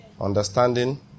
Understanding